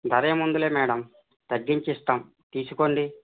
ధర ఏముందిలే మేడం తగ్గించి ఇస్తాం తీసుకోండి